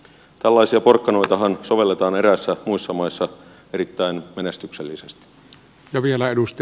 tällaisia porkkanoitahan sovelletaan eräissä muissa maissa erittäin menestyksellisesti